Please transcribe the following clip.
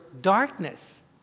darkness